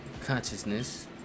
consciousness